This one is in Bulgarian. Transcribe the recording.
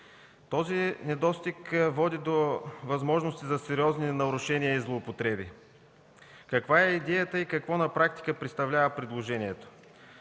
Този недостиг води до възможности за сериозни нарушения и злоупотреби. Каква е идеята и какво на практика представлява предложението?